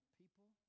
people